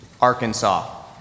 Arkansas